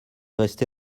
resté